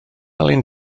alun